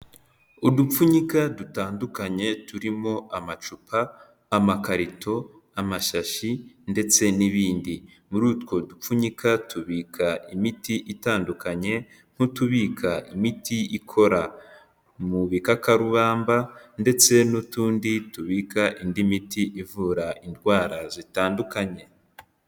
Udupfunyika dutandukanye turimo amacupa ,amakarito, amashashi ndetse n'ibindi .... muri utwo dupfunyika tubika imiti itandukanye nk'utubika imiti ikora mu bikakarubamba ndetse n'utundi tubika indi miti ivura indwara zitandukanye.